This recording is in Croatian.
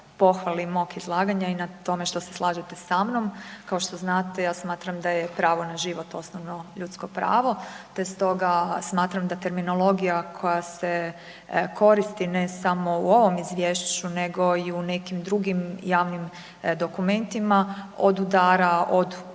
pohvali mog izlaganja i na tome što se slažete sa mnom, kao što znate, ja smatram da je pravo na život osnovno ljudsko pravo te stoga smatram da terminologija koja se koristi ne samo u ovom izvješću nego i u nekim drugim javim dokumentima, odudara od uobičajene